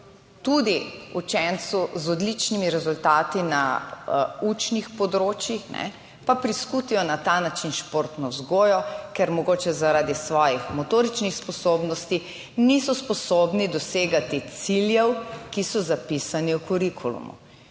tudi učencu z odličnimi rezultati na učnih področjih pa priskutijo na ta način športno vzgojo, ker mogoče zaradi svojih motoričnih sposobnosti niso sposobni dosegati ciljev, ki so zapisani v kurikulumu.